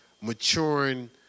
maturing